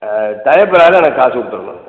ஆ time பிரகாரம் எனக்கு காசு கொடுத்துட்ணும்